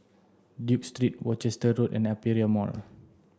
Duke Street Worcester Road and Aperia Mall